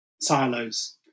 silos